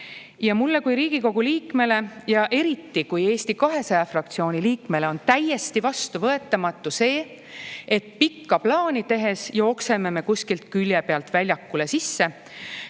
Ja mulle kui Riigikogu liikmele ja eriti kui Eesti 200 fraktsiooni liikmele on täiesti vastuvõetamatu see, et pikka plaani tehes me jookseme kuskilt külje pealt väljakule sisse,